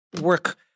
work